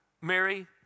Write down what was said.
Mary